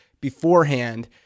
beforehand